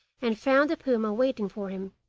and found the puma waiting for him.